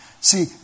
See